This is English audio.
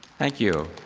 thank you.